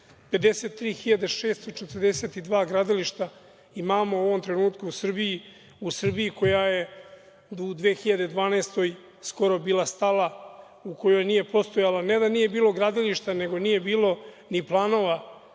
53.642 gradilišta imamo u ovom trenutku u Srbiji, u Srbiji koja je u 2012. godini skoro bila stala, u kojoj nije postojalo, ne da nije bilo gradilišta, nego nije bilo ni planova,